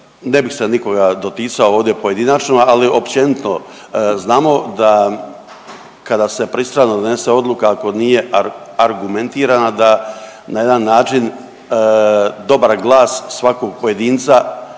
Ne bih sad nikoga doticao ovdje pojedinačno, ali općenito znamo da kada se pristrano donese odluka ako nije argumentirana da na jedan način dobar glas svakog pojedinca